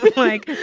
like,